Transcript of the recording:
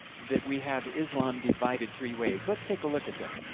that we have islam divided three ways. let us take a look at them.